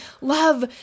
love